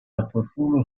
opportuno